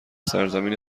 سرزمین